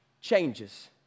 changes